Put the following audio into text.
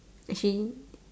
actually